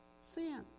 sin